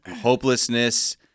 hopelessness